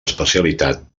especialitat